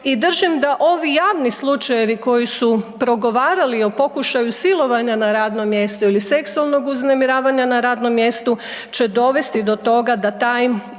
I držim da ovi javni slučajevi koji su progovarali o pokušaju silovanja na radnom mjestu ili seksualnog uznemiravanja na radnom mjestu će dovesti do toga da taj